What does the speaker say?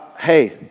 Hey